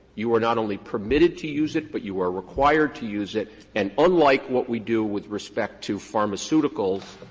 you are not only permitted to use it but you are required to use it, and unlike what we do with respect to pharmaceuticals,